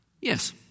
yes